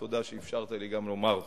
תודה שאפשרת לי גם לומר זאת.